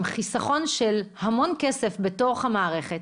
עם חיסכון של המון כסף בתוך המערכת.